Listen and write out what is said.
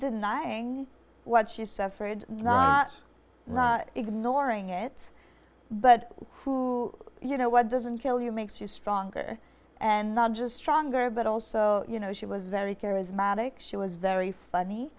denying what she suffered not ignoring it but who you know what doesn't kill you makes you stronger and not just stronger but also you know she was very charismatic she was very